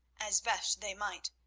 as best they might,